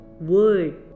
word